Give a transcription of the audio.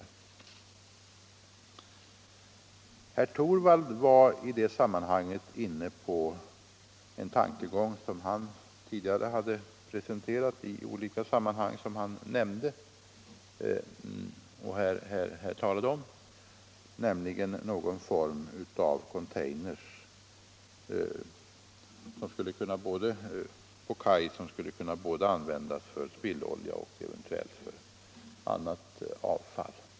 Nr 86 Herr Torwald var i det sammanhanget inne på en tankegång som han Torsdagen den tidigare har presenterat i olika sammanhang, nämligen någon form av 18 mars 1976 container på kaj, som skulle användas för spillolja och eventuellt för — annat avfall.